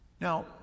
Now